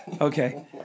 Okay